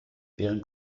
wären